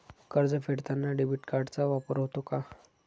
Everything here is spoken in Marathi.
कर्ज फेडताना डेबिट कार्डचा वापर होतो का?